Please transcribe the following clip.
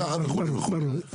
להוריד את המרפסת, וכולי וכולי.